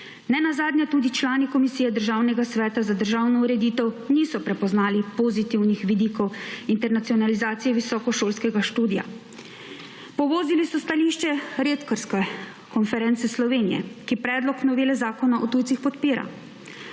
nenazadnje tudi člani komi Državnega sveta za državno ureditev niso prepoznali pozitivnih vidikov internacionalizacije visokošolskega študija. Povozili so stališče rektorske konference Slovenije, ki predlog novele zakona o tujcih podpira.